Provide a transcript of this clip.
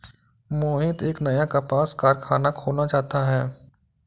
मोहित एक नया कपास कारख़ाना खोलना चाहता है